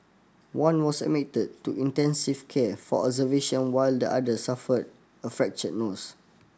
one was admitted to intensive care for observation while the other suffered a fractured nose